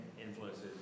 influences